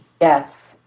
Yes